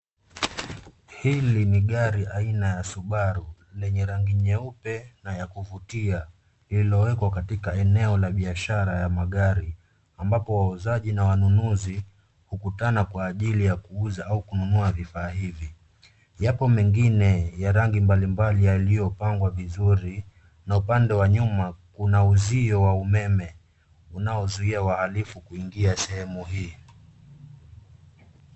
Hili ni gari aina ya Subaru lenye rangi nyeupe na ya kuvutia yaliyowekwa katika eneo la biashara ya magari ambapo wauzaji na wanunuzi kukutana kwa ajili ya kuuza au kununua vifaa hivi, yapo mengine ya rangi mbalimbali yaliyopangwa vizuri na upande wa nyuma kuna uzio wa umeme unaozuia wahalifu kuingia sehemu hii.